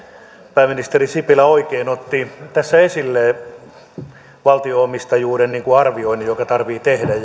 pääministeri sipilä oikein otti tässä esille valtionomistajuuden arvioinnin joka tarvitsee tehdä